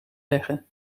leggen